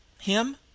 Him